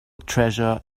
treasure